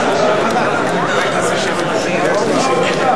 סעיף 9 נתקבל.